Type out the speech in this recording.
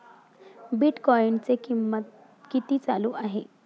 बिटकॉइनचे कीमत किती चालू आहे